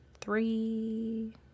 three